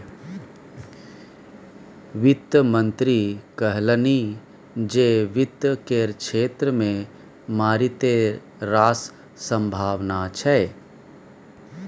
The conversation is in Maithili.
वित्त मंत्री कहलनि जे वित्त केर क्षेत्र मे मारिते रास संभाबना छै